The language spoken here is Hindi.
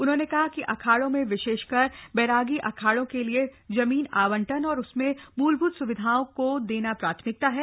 उन्होंने कहा कि अखाड़ों विशेषकर बैरागी अखाड़ों के लिए जमीन आवंटन और उसमें मूलभूत स्विधाओं को देना प्राथमिकता है